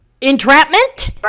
Entrapment